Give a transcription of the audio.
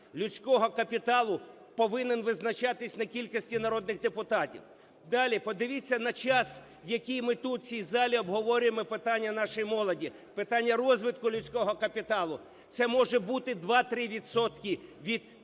людського капіталу повинен визначатись на кількості народних депутатів. Далі. Подивіться на час, який ми тут, в цій залі, обговорюємо питання нашої молоді, питання розвитку людського капіталу. Це, може бути, 2-3 відсотки